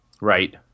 right